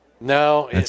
No